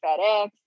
FedEx